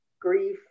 grief